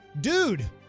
dude